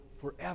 forever